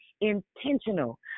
intentional